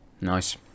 Nice